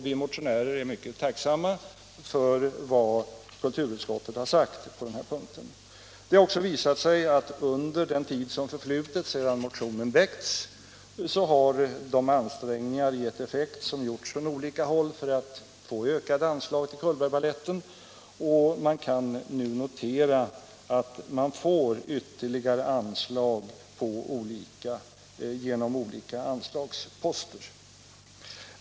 Vi motionärer är mycket tacksamma för vad kulturutskottet har sagt på den punkten. Det har också visat sig att under den tid som förflutit sedan motionen väcktes har de ansträngningar gett effekt som gjorts från olika håll för att få ökade anslag till Cullbergbaletten, och man kan nu notera att den får ytterligare anslag genom olika anslagsposter.